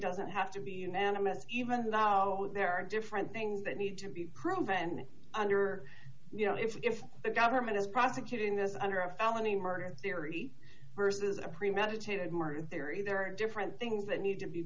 doesn't have to be unanimous even though i'll go there are different things that need to be proven and under you know if the government is prosecuting this under a felony murder theory versus a premeditated murder theory there are different things that need to be